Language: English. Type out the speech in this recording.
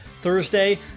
Thursday